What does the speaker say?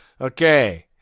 Okay